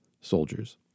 soldiers